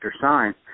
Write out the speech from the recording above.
sign